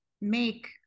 make